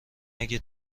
اگه